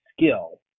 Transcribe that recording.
skill